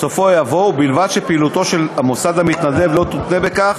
בסופו יבוא: ובלבד שפעילותו של המוסד המתנדב לא תותנה בכך